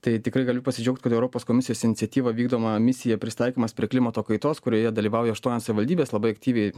tai tikrai galiu pasidžiaugt kad europos komisijos iniciatyva vykdoma misija prisitaikymas prie klimato kaitos kurioje dalyvauja aštuonios savivaldybės labai aktyviai